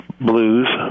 blues